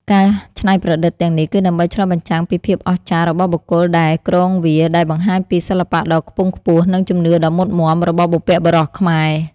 ការច្នៃប្រឌិតទាំងនេះគឺដើម្បី ឆ្លុះបញ្ចាំងពីភាពអស្ចារ្យ របស់បុគ្គលដែលគ្រងវា ដែលបង្ហាញពីសិល្បៈដ៏ខ្ពង់ខ្ពស់ និងជំនឿដ៏មុតមាំរបស់បុព្វបុរសខ្មែរ។